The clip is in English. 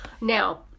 Now